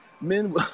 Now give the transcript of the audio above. Men